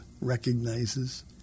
recognizes